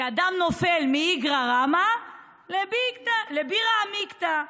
שאדם נופל מאיגרא רמא לבירא עמיקתא.